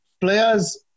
players